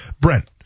Brent